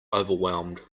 overwhelmed